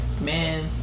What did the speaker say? man